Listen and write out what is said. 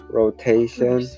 rotation